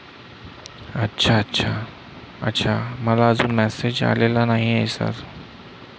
अच्छा अच्छा अच्छा मला अजून मॅसेज आलेला नाही आहे सर